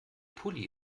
pulli